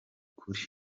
kuri